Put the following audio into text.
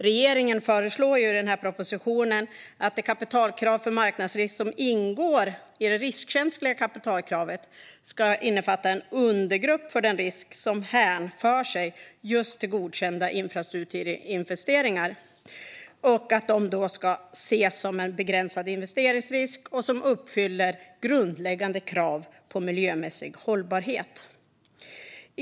Regeringen föreslår i propositionen att det kapitalkrav för marknadsrisk som ingår i det riskkänsliga kapitalkravet ska innefatta en undergrupp för den risk som hänför sig just till godkända infrastrukturinvesteringar och att de ska ses som en begränsad investeringsrisk som uppfyller grundläggande krav på miljömässig hållbarhet.